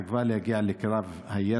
1. מדוע המשטרה התעכבה בהגעה לקרב הירי?